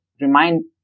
remind